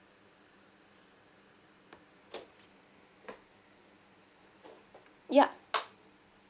yup